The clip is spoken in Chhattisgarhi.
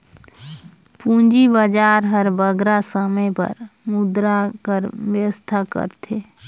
पूंजी बजार हर बगरा समे बर मुद्रा कर बेवस्था करथे